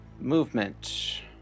Movement